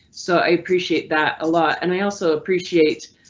so i appreciate that a lot and i also appreciate